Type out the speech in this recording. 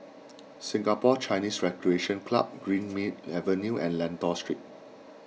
Singapore Chinese Recreation Club Greenmead Avenue and Lentor Street